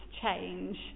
change